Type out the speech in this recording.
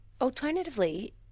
alternatively